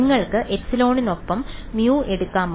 നിങ്ങൾക്ക് എപ്സിലോണിനൊപ്പം മു എടുക്കാമോ